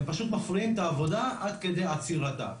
הם פשוט מפריעים את העבודה עד כדי עצירתה,